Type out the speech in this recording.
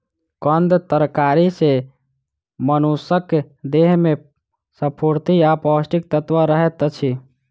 कंद तरकारी सॅ मनुषक देह में स्फूर्ति आ पौष्टिक तत्व रहैत अछि